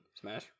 smash